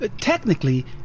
Technically